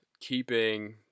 keeping